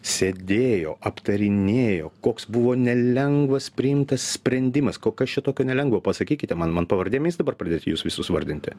sėdėjo aptarinėjo koks buvo nelengvas priimtas sprendimas ko kas čia tokio nelengvo pasakykite man man pavardėmis dabar pradti jus visus vardinti